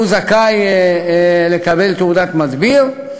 הוא זכאי לקבל תעודת מדביר.